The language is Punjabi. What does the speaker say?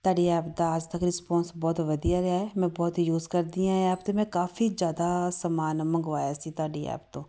ਤੁਹਾਡੀ ਐਪ ਦਾ ਅੱਜ ਤੱਕ ਰਿਸਪੋਂਸ ਬਹੁਤ ਵਧੀਆ ਰਿਹਾ ਮੈਂ ਬਹੁਤ ਹੀ ਯੂਜ ਕਰਦੀ ਹਾਂ ਇਹ ਐਪ ਅਤੇ ਮੈਂ ਕਾਫ਼ੀ ਜ਼ਿਆਦਾ ਸਮਾਨ ਮੰਗਵਾਇਆ ਸੀ ਤੁਹਾਡੀ ਐਪ ਤੋਂ